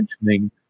mentioning